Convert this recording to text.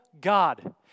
God